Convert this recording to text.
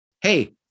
Hey